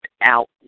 out